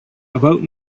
about